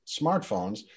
smartphones